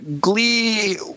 Glee